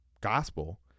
gospel